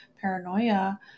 paranoia